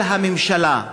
על הממשלה,